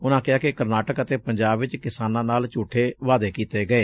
ਉਨੂਾਂ ਕਿਹਾ ਕਿ ਕਰਨਾਟਕ ਅਤੇ ਪੰਜਾਬ ਵਿਚ ਕਿਸਾਨਾਂ ਨਾਲ ਝੁਠੇ ਵਾਅਦੇ ਕੀਤੇ ਗਏ